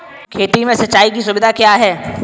खेती में सिंचाई की सुविधा क्या है?